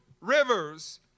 rivers